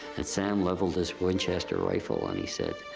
sam leveled his winchester rifle and he said,